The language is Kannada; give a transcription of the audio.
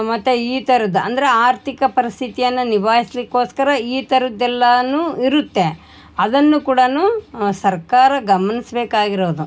ಮತ್ತು ಈ ಥರದ್ ಅಂದ್ರೆ ಆರ್ಥಿಕ ಪರಿಸ್ಥಿತಿಯನ್ನು ನಿಭಾಯಿಸ್ಲಿಕ್ಕೋಸ್ಕರ ಈ ಥರದೆಲ್ಲಾ ಇರುತ್ತೆ ಅದನ್ನು ಕೂಡ ಸರ್ಕಾರ ಗಮನಿಸ್ಬೇಕಾಗಿರೋದು